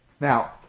Now